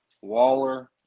Waller